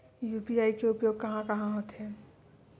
UPI के उपयोग कहां कहा होथे?